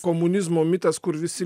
komunizmo mitas kur visi